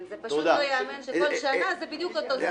זה פשוט לא ייאמן שכל שנה זה בדיוק אותו סיפור.